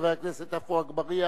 חבר הכנסת עפו אגבאריה